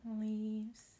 Leaves